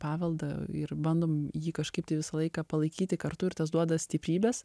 paveldą ir bandom jį kažkaip visą laiką palaikyti kartu ir tas duoda stiprybės